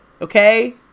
Okay